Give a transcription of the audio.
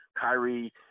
Kyrie